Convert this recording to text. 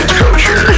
culture